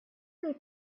they